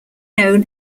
known